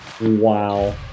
Wow